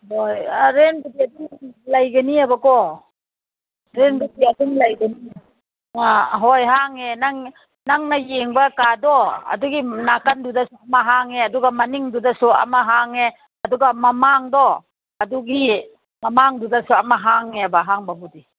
ꯍꯣꯏ ꯔꯦꯟꯕꯨꯗꯤ ꯑꯗꯨꯝ ꯂꯩꯒꯅꯤꯕꯀꯣ ꯔꯦꯟꯕꯨꯗꯤ ꯑꯗꯨꯝ ꯂꯩꯒꯅꯤ ꯑꯥ ꯍꯣꯏ ꯍꯥꯡꯉꯦ ꯅꯪ ꯅꯪꯅ ꯌꯦꯡꯕ ꯀꯥꯗꯣ ꯑꯗꯒꯤ ꯅꯥꯀꯟꯗꯨꯗꯁꯨ ꯑꯃ ꯍꯥꯡꯉꯦ ꯑꯗꯨꯒ ꯃꯅꯤꯡꯗꯨꯗꯁꯨ ꯑꯃ ꯍꯥꯡꯉꯦ ꯑꯗꯨꯒ ꯃꯃꯥꯡꯗꯣ ꯑꯗꯨꯒꯤ ꯃꯃꯥꯡꯗꯨꯗꯁꯨ ꯑꯃ ꯍꯥꯡꯉꯦꯕ ꯍꯥꯡꯕꯕꯨꯗꯤ